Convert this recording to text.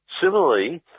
Similarly